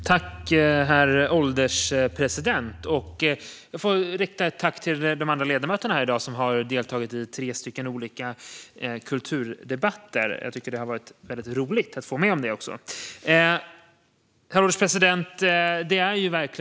Herr ålderspresident! Jag vill rikta ett tack till de andra ledamöterna som här i dag har deltagit i tre olika kulturdebatter. Det har varit väldigt roligt att få vara med om det. Herr ålderspresident!